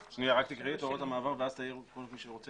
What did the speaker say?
תקראו את הוראות המעבר ואז כל מי שרוצה,